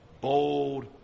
bold